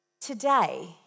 Today